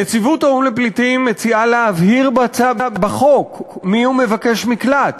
נציבות האו"ם לפליטים מציעה להבהיר בחוק מי הוא מבקש מקלט